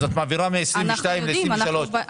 את מעבירה מ-22' ל-23'.